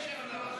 דקות עומדות